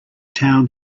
town